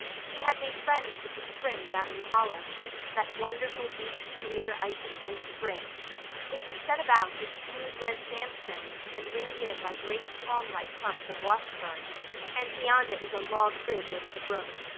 she had made friends with the spring down in the hollow that wonderful deep, clear icy-cold spring it was set about with smooth red sandstones and rimmed in by great palm-like clumps of water fern and beyond it was a log bridge over the brook.